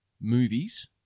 movies